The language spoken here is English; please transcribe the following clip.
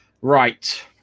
Right